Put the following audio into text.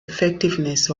effectiveness